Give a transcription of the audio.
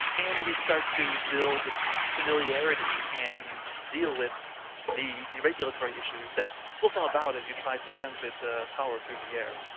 and we start to build familiarity and deal with the the regulatory issues that will come about as you try to transmit power through the air.